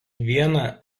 viena